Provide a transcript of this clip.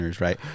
right